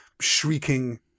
shrieking